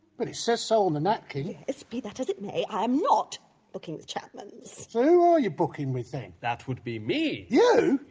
but it says so on the napkin. yes, be that as it may, i am not booking with chapman's. so who are you booking with then? that would be me. yeah